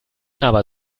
aber